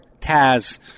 taz